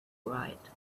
right